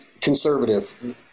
conservative